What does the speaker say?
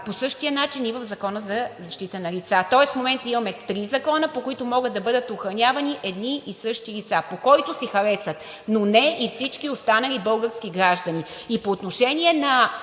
По същия начин и в Закона за защита на лица. Тоест в момента имаме три закона, по които могат да бъдат охранявани едни и същи лица – по който си харесат, но не и всички останали български граждани. И по отношение на